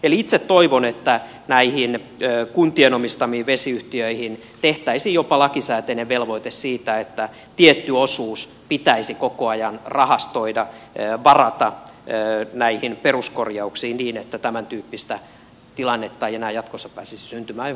eli itse toivon että näihin kuntien omistamiin vesiyhtiöihin tehtäisiin jopa lakisääteinen velvoite siitä että tietty osuus pitäisi koko ajan rahastoida varata näihin peruskorjauksiin niin että tämäntyyppistä tilannetta ei enää jatkossa pääsisi syntymään mikä meillä nyt on